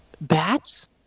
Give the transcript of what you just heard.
Bats